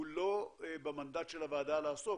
הוא לא במנדט של הוועדה לעסוק,